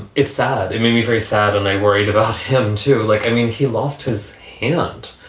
it's sad. it made me very sad. and i worried about him, too. like, i mean, he lost his hand,